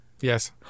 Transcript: Yes